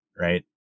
right